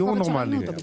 תהיו נורמליים.